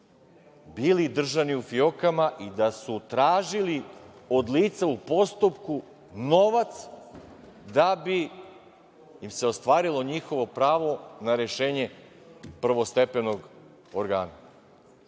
bili držani u fiokama i da su tražili od lica u postupku novac da bi im se ostvarilo njihovo pravo na rešenje prvostepenog organa.